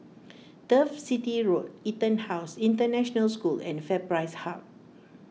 Turf City Road EtonHouse International School and FairPrice Hub